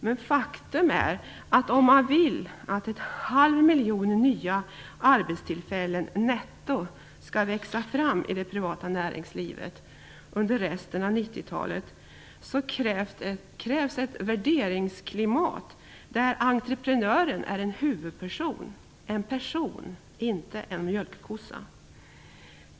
Men faktum är att om man vill att en halv miljon nya arbetstillfällen netto skall växa fram i det privata näringslivet under resten av 90-talet krävs ett värderingsklimat där entreprenören är en huvudperson, en person och inte en mjölkkossa.